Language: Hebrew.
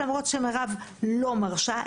למרות שמירב לא מרשה,